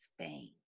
Spain